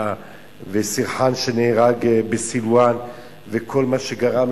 וסרחאן שנהרג בסילואן וכל מה שקרה,